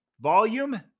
volume